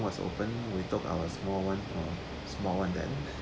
was open we took our small one um small one then